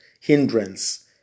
hindrance